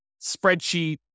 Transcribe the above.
spreadsheet